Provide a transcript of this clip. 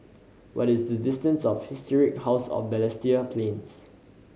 what is the distance of Historic House of Balestier Plains